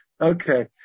Okay